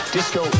Disco